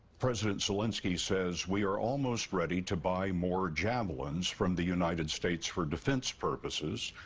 president zelensky says, we are almost ready to buy more javelins from the united states for defense purposes.